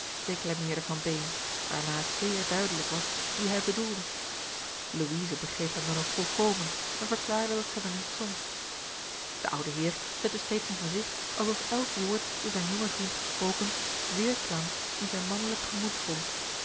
declameerde van beem waarna het zeer duidelijk was wien hij bedoelde louise begreep hem dan ook volkomen en verklaarde dat zij wel eens zong de oude heer zette steeds een gezigt alsof elk woord door zijn jongen vriend gesproken weêrklank in zijn mannelijk gemoed vond